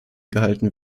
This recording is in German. gehalten